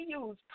use